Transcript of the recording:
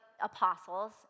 apostles